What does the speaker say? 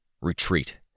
Retreat